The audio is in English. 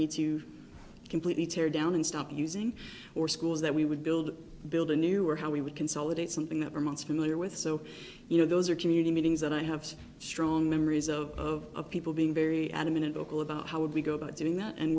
need to completely tear down and stop using or schools that we would build build a new or how we would consolidate something that promotes familiar with so you know those are community meetings that i have strong memories of of people being very adamant in vocal about how would we go about doing that and